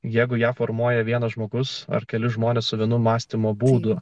jeigu ją formuoja vienas žmogus ar keli žmonės su vienu mąstymo būdu